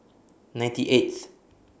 ninety eighth